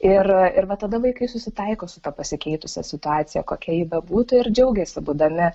ir ir va tada vaikai susitaiko su ta pasikeitusia situacija kokia ji bebūtų ir džiaugiasi būdami